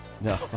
No